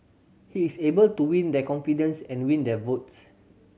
he is able to win their confidence and win their votes